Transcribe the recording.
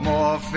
More